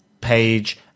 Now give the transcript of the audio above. page